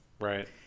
right